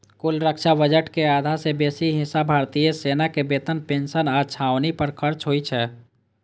कुल रक्षा बजट के आधा सं बेसी हिस्सा भारतीय सेना के वेतन, पेंशन आ छावनी पर खर्च होइ छै